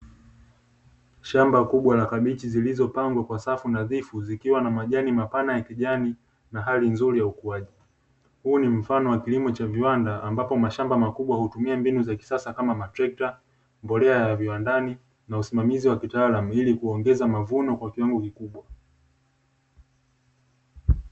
Shamba kubwa la kabichi zilizopangwa kwa safu nadhifu; zikiwa na majani mapana ya kijani na hali nzuri ya ukuaji. Huu ni mfano wa kilimo cha viwanda, ambapo mashamba makubwa hutumia mbinu za kisasa kama matrekta, mbolea ya viwandani na usimamizi wa kitaalamu, ili kuongeza mavuno kwa kiwango kikubwa.